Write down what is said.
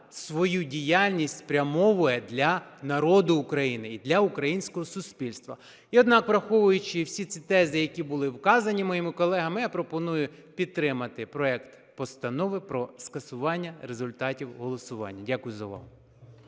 свою діяльність спрямовує для народу України і для українського суспільства. І однак враховуючи всі ці тези, які були вказані моїми колегами, я пропоную підтримати проект Постанови про скасування результатів голосування. Дякую за увагу.